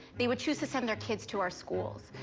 they would choose to send their kids to our schools.